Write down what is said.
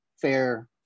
fair